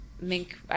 mink